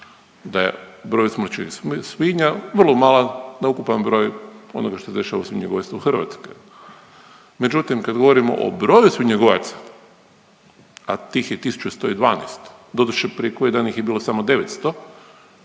da je broj usmrćenih svinja vrlo malen na ukupan broj onoga što se dešava u svinjogojstvu Hrvatske. Međutim kad govorimo o broju svinjogojaca, a tih je 1 112, doduše prije koji dan ih je bilo samo 900.